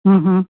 हूं हूं